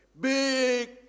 big